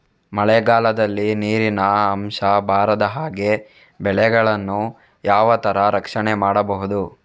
ಮಳೆಗಾಲದಲ್ಲಿ ನೀರಿನ ಅಂಶ ಬಾರದ ಹಾಗೆ ಬೆಳೆಗಳನ್ನು ಯಾವ ತರ ರಕ್ಷಣೆ ಮಾಡ್ಬಹುದು?